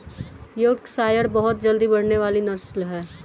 Yorkshire बहुत जल्दी बढ़ने वाली नस्ल है